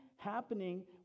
Happening